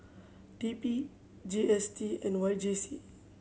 T P G S T and Y J C